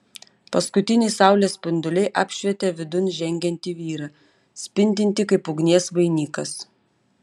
paskutiniai saulės spinduliai apšvietė vidun žengiantį vyrą spindintį kaip ugnies vainikas